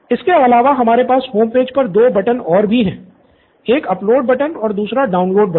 इसके अलावा हमारे पास होमपेज पर दो बटन और भी हैं एक अपलोड बटन और दूसरा डाउनलोड बटन